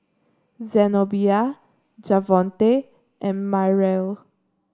Zenobia Javonte and Myrle